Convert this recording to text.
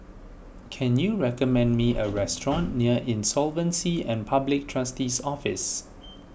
can you recommend me a restaurant near Insolvency and Public Trustee's Office